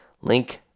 link